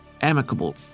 amicable